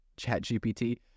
ChatGPT